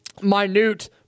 minute